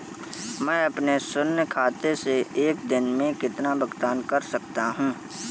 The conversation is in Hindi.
मैं अपने शून्य खाते से एक दिन में कितना भुगतान कर सकता हूँ?